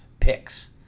picks